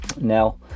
Now